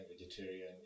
vegetarian